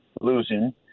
losing